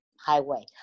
highway